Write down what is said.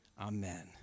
amen